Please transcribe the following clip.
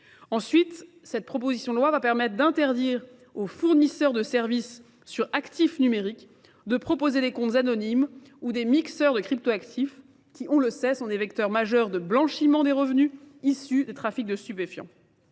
Ensuite, cette proposition de loi va permettre d'interdire aux fournisseurs de services sur actifs numériques de proposer des comptes anonymes ou des mixeurs de cryptoactifs qui, on le sait, sont des vecteurs majeurs de blanchiment des revenus issus des trafics de suffiants.